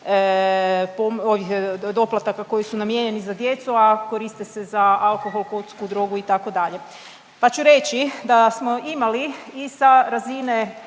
doplataka koji su namijenjeni za djecu, a koriste se za alkohol, kocku, drogu itd. Pa ću reći da smo imali i sa razine